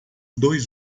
dois